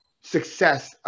success